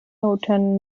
northern